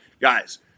guys –